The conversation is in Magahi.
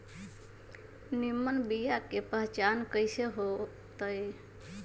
निमन बीया के पहचान कईसे होतई?